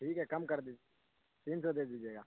ٹھیک ہے کم کر دی تین سو دیجیے گا